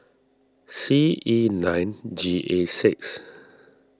C E nine G A six